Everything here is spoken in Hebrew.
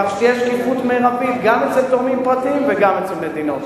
כך שתהיה שקיפות מרבית גם אצל תורמים פרטיים וגם אצל מדינות.